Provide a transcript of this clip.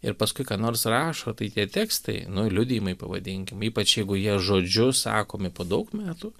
ir paskui ką nors rašo tai tie tekstai nu liudijimai pavadinkim ypač jeigu jie žodžiu sakomi po daug metų